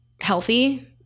healthy